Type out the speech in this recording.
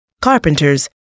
carpenters